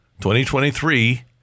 2023